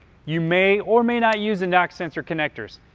you may or may not use a nock sensor connectors,